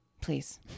please